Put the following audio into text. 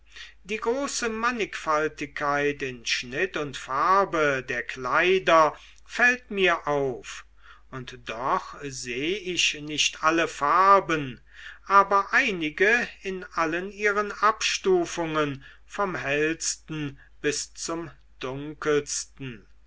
die große mannigfaltigkeit in schnitt und farbe der kleider fällt mir auf und doch seh ich nicht alle farben aber einige in allen ihren abstufungen vom hellsten bis zum dunkelsten